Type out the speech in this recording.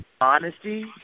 honesty